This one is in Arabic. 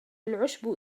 العشب